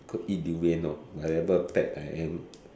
eat durian lor whatever pet I am